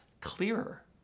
clearer